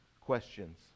questions